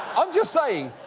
i'm just saying,